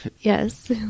Yes